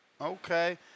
Okay